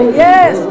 yes